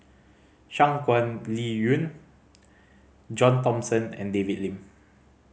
Shangguan Liuyun John Thomson and David Lim